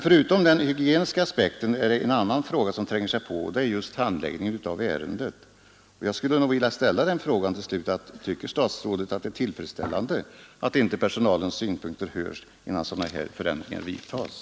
Förutom den hygieniska aspekten är det emellertid en annan fråga som tränger sig på, och det är just handläggningen av ärendet. Jag skulle därför till slut vilja fråga: Tycker statsrådet att det är tillfredsställande att inte personalens synpunkter inhämtas innan sådana här förändringar vidtas?